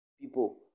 people